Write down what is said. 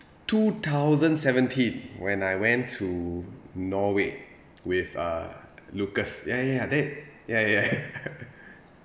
two thousand seventeen when I went to norway with uh lucas ya ya ya that ya ya